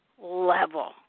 level